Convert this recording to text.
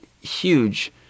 huge